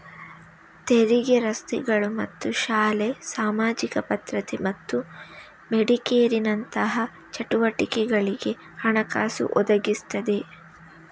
ತೆರಿಗೆ ರಸ್ತೆಗಳು ಮತ್ತು ಶಾಲೆ, ಸಾಮಾಜಿಕ ಭದ್ರತೆ ಮತ್ತು ಮೆಡಿಕೇರಿನಂತಹ ಚಟುವಟಿಕೆಗಳಿಗೆ ಹಣಕಾಸು ಒದಗಿಸ್ತದೆ